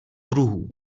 druhů